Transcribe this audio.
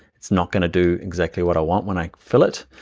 it's not gonna do exactly what i want when i fill it.